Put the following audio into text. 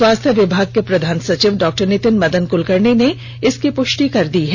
स्वास्थ्य विभाग के प्रधान सचिव डॉ नीतिन मदन क्लकर्णी ने इसकी पुष्टि कर दी है